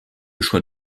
choix